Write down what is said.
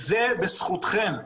זה בזכותכן,